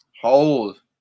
Hold